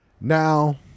Now